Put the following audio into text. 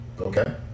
Okay